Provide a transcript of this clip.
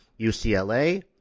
UCLA